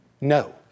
No